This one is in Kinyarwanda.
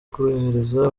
kohereza